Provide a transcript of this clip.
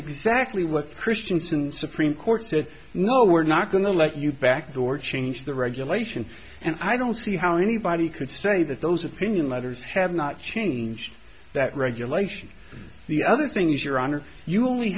exactly what kristiansen supreme court said no we're not going to let you back door change the regulation and i don't see how anybody could say that those opinion letters have not changed that regulation and the other thing is your honor you only